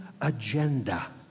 agenda